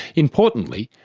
importantly,